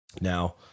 Now